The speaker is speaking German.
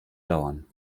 dauern